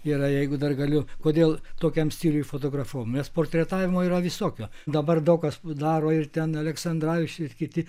yra jeigu dar galiu kodėl tokiam stiliui fotografavom nes portretavimo yra visokio dabar daug kas daro ir ten aleksandravičius ir kiti